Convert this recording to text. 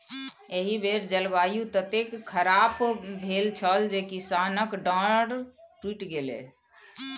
एहि बेर जलवायु ततेक खराप भेल छल जे किसानक डांर टुटि गेलै